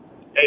Hey